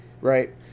right